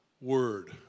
word